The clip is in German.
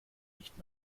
nicht